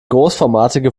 großformatige